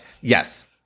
Yes